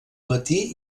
matí